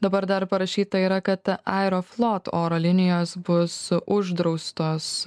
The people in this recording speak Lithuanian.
dabar dar parašyta yra kad aeroflot oro linijos bus uždraustos